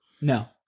No